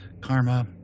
karma